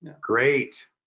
Great